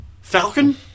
Falcon